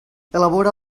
elabora